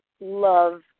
love